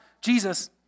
Jesus